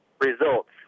results